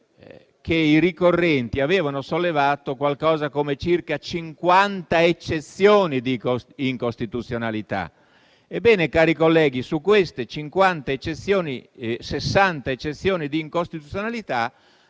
che i ricorrenti avevano sollevato qualcosa come circa 60 eccezioni di incostituzionalità. Ebbene, cari colleghi, su queste 60 eccezioni di incostituzionalità,